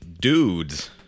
dudes